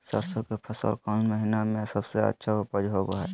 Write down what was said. सरसों के फसल कौन महीना में सबसे अच्छा उपज होबो हय?